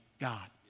God